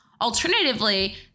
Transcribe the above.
Alternatively